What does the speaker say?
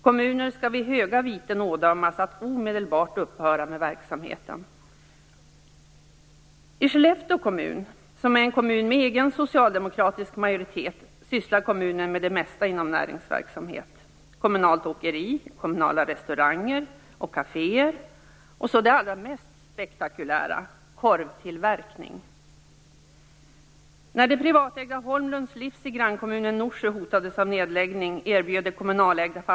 Kommuner skall vid höga viten ådömas att omedelbart upphöra med verksamheten. I Skellefteå kommun, som är en kommun med egen socialdemokratisk majoritet, sysslar kommunen med det mesta inom näringsverksamhet, t.ex. kommunalt åkeri, kommunala restauranger och kaféer och så det allra mest spektakulära, nämligen korvtillverkning.